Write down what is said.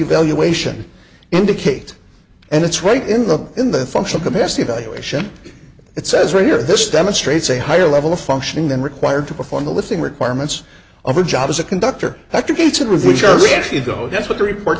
evaluation indicate and it's right in the in the functional capacity evaluation it says right here this demonstrates a higher level of functioning than required to perform the lifting requirements of a job as a conductor dr gates and was which are we actually though that's what the report